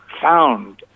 found